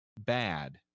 bad